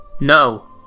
No